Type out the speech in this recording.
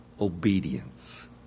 obedience